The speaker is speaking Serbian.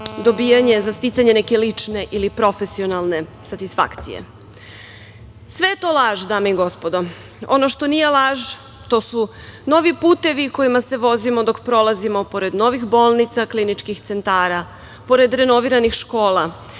borbu za sticanje neke lične ili profesionalne statisfakcije. Sve je to laž, dame i gospodo. Ono što nije laž, to su novi putevi kojim se vozimo dok prolazimo pored novih bolnica, kliničkih centara, pored renoviranih škola.